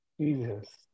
Jesus